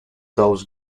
those